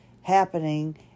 happening